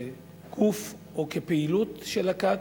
כגוף או מהי פעילות של הכת,